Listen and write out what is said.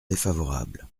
défavorable